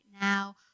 now